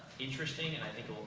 interesting, and i think,